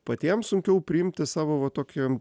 patiems sunkiau priimti savo va tokį